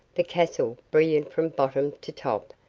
the castle, brilliant from bottom to top,